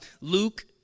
Luke